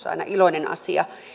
aina iloinen asia